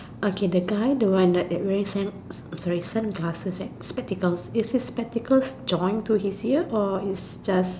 okay the guy the one wearing sun sorry sunglasses and spectacles is it spectacles joined to his ears or is just